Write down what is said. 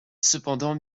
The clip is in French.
cependant